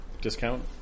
discount